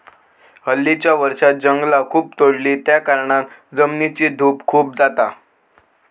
हल्लीच्या वर्षांत जंगला खूप तोडली त्याकारणान जमिनीची धूप खूप जाता